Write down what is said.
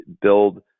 build